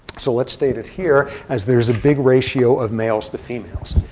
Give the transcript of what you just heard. so let's state it here as there's a big ratio of males to females.